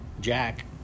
Jack